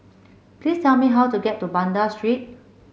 please tell me how to get to Banda Street